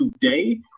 today